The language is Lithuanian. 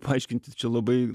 paaiškinti čia labai